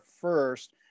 first